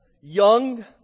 young